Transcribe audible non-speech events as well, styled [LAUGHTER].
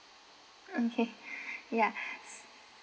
okay [BREATH] yeah